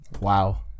Wow